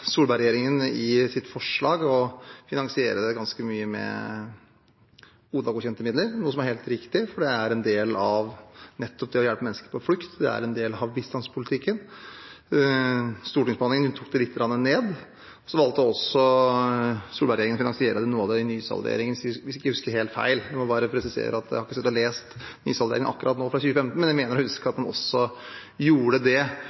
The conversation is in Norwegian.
i sitt forslag å finansiere det ganske mye med ODA- godkjente midler, noe som er helt riktig, for det er en del av nettopp det å hjelpe mennesker på flukt, det er en del av bistandspolitikken. Stortingsbehandlingen tok det litt ned. Så valgte også Solberg-regjeringen å finansiere noe av det i nysalderingen, hvis jeg ikke husker helt feil. Jeg må bare presisere at jeg ikke har sittet og lest nysalderingen fra 2015 akkurat nå, men jeg mener å huske at en også gjorde det.